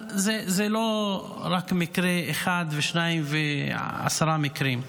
אבל זה לא רק מקרה אחד ושניים ועשרה מקרים.